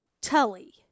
tully